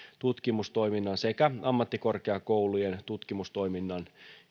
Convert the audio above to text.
tutkimustoiminnan sekä ammattikorkeakoulujen tutkimustoiminnan